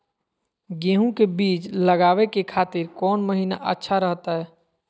गेहूं के बीज लगावे के खातिर कौन महीना अच्छा रहतय?